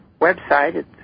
website